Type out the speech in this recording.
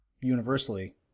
universally